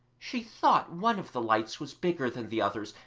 she thought one of the lights was bigger than the others,